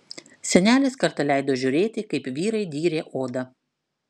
senelis kartą leido žiūrėti kaip vyrai dyrė odą